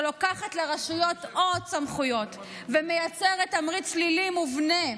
שלוקחת לרשויות עוד סמכויות ומייצרת תמריץ שלילי מובנה,